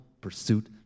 pursuit